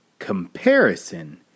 comparison